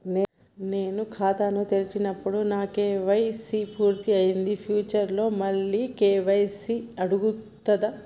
నేను ఖాతాను తెరిచినప్పుడు నా కే.వై.సీ పూర్తి అయ్యింది ఫ్యూచర్ లో మళ్ళీ కే.వై.సీ అడుగుతదా?